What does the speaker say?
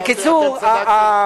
אמרתי: אתם צדקתם.